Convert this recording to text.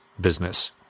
business